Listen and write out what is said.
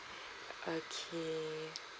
okay